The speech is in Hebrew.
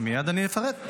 מייד אני אפרט.